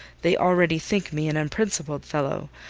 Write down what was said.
they already think me an unprincipled fellow,